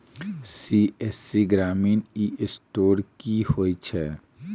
CSC ग्रामीण e store की होइ छै?